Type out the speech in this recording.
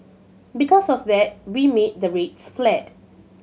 because of that we made the rates flat